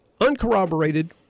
uncorroborated